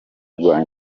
rwa